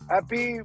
Happy